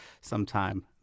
sometime